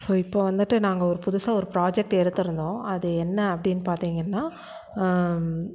so இப்போ வந்துட்டு நாங்கள் ஒரு புதுசாக ஒரு ப்ராஜெக்ட் எடுத்திருந்தோம் அது என்ன அப்படின்னு பார்த்திங்கன்னா